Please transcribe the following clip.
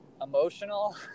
emotional